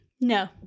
no